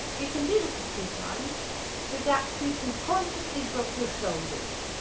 you can do this a few times so that you can consciously drop your shoulders.